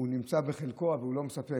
נמצא בחלקו במכרז אבל הוא לא מספק.